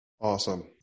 Awesome